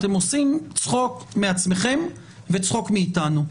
אתם עושים צחוק מעמכם וצחוק מאתנו.